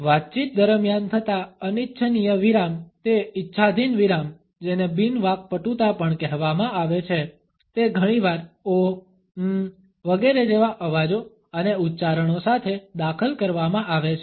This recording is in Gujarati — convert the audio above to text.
વાતચીત દરમિયાન થતા અનિચ્છનીય વિરામ તે ઈચ્છાધીન વિરામ જેને બિન વાકપટુતા પણ કહેવામાં આવે છે તે ઘણીવાર ઓહ અંમમ વગેરે જેવા અવાજો અને ઉચ્ચારણો સાથે દાખલ કરવામાં આવે છે